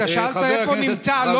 אתה שאלת איפה נמצא משה ארבל,